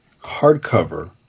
hardcover